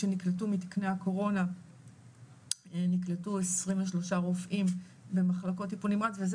שנקלטו מתקני הקורונה נקלטו עשרים ושלושה רופאים במחלקות טיפול נמרץ וזה